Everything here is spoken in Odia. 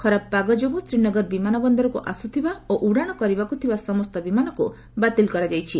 ଖରାପ ପାଗ ଯୋଗୁଁ ଶ୍ରୀନଗର ବିମାନ ବନ୍ଦରକୁ ଆସୁଥିବା ଓ ଉଡ଼ାଣ କରିବାକୁ ଥିବା ସମସ୍ତ ବିମାନକୁ ବାତିଲ କରାଯାଇଛି